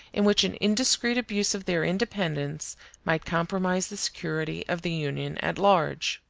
in which an indiscreet abuse of their independence might compromise the security of the union at large.